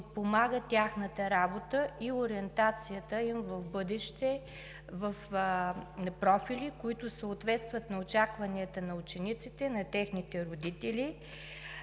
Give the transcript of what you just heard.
тяхната работа и ориентацията им в бъдеще в профили, които съответстват на очакванията на учениците, на техните родители.